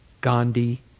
Gandhi